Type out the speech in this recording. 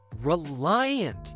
reliant